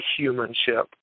humanship